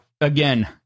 again